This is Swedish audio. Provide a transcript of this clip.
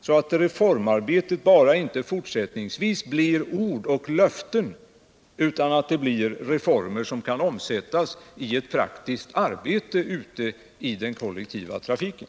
så att reformarbetet bara inte blir ord och löften i fortsättningen, utan det blir reformer som kan omsättas i ett praktiskt arbete ute i den kollektiva trafiken.